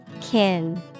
Kin